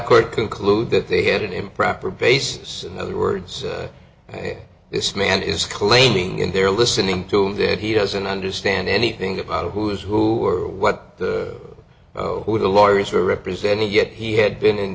court conclude that they had improper basis in other words ok this man is claiming and they're listening to him that he doesn't understand anything about who is who or what who the lawyers are represented yet he had been in